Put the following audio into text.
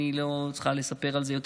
אני לא צריכה לספר על זה יותר.